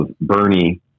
Bernie